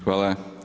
Hvala.